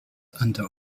under